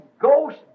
Ghost